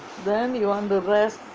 then you want to rest